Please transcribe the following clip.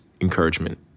encouragement